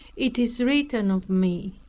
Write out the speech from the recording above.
it is written of me,